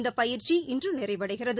இந்தப் பயிற்சி இன்று நிறைவடைகிறது